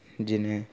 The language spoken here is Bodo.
बिदिनो